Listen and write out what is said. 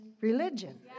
religion